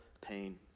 pain